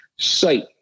sight